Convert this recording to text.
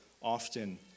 Often